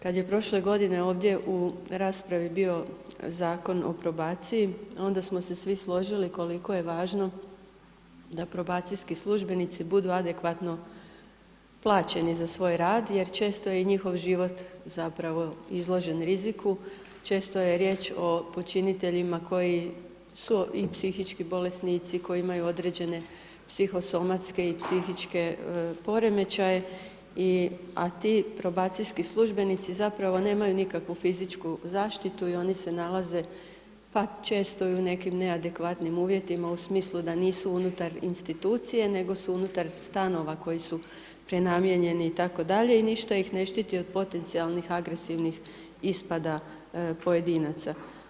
Kada je prošle godine ovdje u raspravi bio Zakon o probaciji, onda smo se svi složili koliko je važno da probacijski službenici budu adekvatno plaćeni za svoj rad jer često je i njihov život zapravo izložen riziku, često je riječ o počiniteljima koji su i psihički bolesnici i koji imaju određene psihosomatske i psihičke poremećaje a ti probacijski službenici zapravo nemaju nikakvu fizičku zaštitu i oni se nalaze pa često i u nekim neadekvatnim uvjetima u smislu da nisu unutar institucije nego su unutar stanova koji su prenamijenjeni itd. i ništa ih ne štiti od potencijalnih agresivnih ispada pojedinaca.